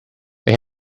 they